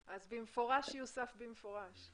במפורש יוסף "במפורש".